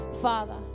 Father